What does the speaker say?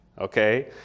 okay